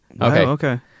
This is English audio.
Okay